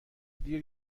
دیر